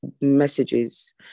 messages